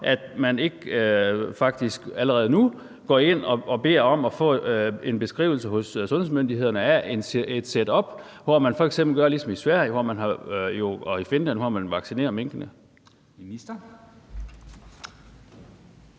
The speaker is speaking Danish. at man ikke faktisk allerede nu går ind og beder om at få en beskrivelse hos sundhedsmyndighederne af et setup, hvor man f.eks. gør ligesom i Sverige og i Finland, hvor man vaccinerer minkene.